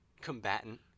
combatant